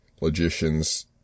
logicians